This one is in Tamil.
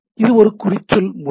இது ஒரு குறிச்சொல் மொழி